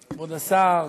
כבוד השר,